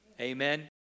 Amen